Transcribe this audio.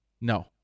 No